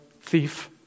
thief